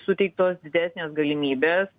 suteiktos didesnės galimybės